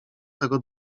tego